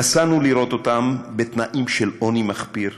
נסענו לראות אותם, בתנאים של עוני מחפיר,